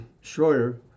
Schroeder